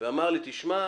הוא אמר לי: תשמע,